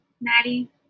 maddie